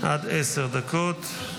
עד עשר דקות.